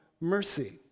mercy